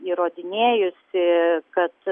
įrodinėjusi kad